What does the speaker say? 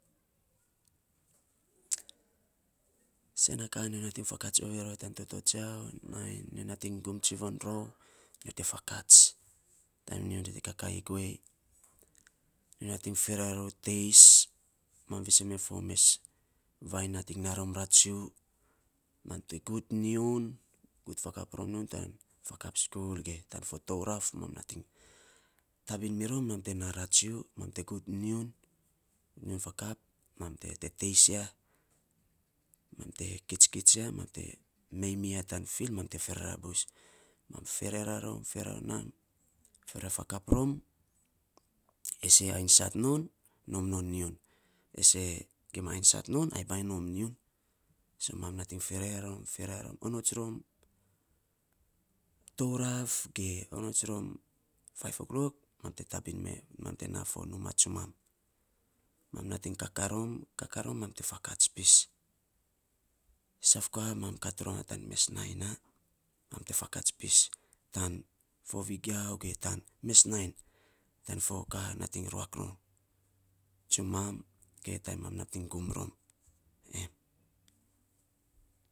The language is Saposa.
Sen a kaa nyo nating fakats ovei rou ya tan toto tsonyo nainy nyo nating gum tsivon rou, nyo te faakats, taim no te kakaii guei. Nyo nating ferera rou teis, mam fiisen men fo mes vainy nating na rom ratsiu, mam te gut te nyiun, gut fakap rom nyiun, tan fakap skul ge tan fo touraf mam nating tabin mirom mam te naa ratsiu mam te gut nyiun mam te gut nyiun gut nyiun fakap mam te teis ya mam te kitskits ya mei miya ta fil ma te ferera, mam te ferera buts, mam ferara, rom, ferera rom ferera fakap rom, ai see aisait non, nom nyiun, se gima aisait non, gima nom on nyiun. So mam nating ferera rom onots rom touraf ge onots rom faif o clok mam te tabin mem, mam te naa fo numaa tsumam, mam nating kakaa rom mam te fakats pis, saf ka, mam kat rom ya tan mes nainy na, mam te fakats pis tan fo vegiau ge tan fo mes nainy, ta fo ka, nating ruak non, tsumam, ge taim mam nating gum rom.